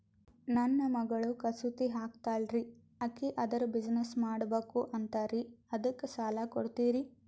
ನನ್ನ ಮಗಳು ಕಸೂತಿ ಹಾಕ್ತಾಲ್ರಿ, ಅಕಿ ಅದರ ಬಿಸಿನೆಸ್ ಮಾಡಬಕು ಅಂತರಿ ಅದಕ್ಕ ಸಾಲ ಕೊಡ್ತೀರ್ರಿ?